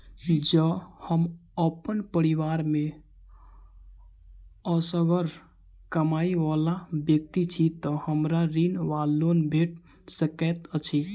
जँ हम अप्पन परिवार मे असगर कमाई वला व्यक्ति छी तऽ हमरा ऋण वा लोन भेट सकैत अछि?